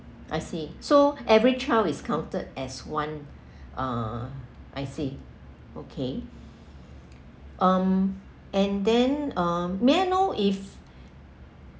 I see so every child is counted as one uh I see okay um and then uh may I know if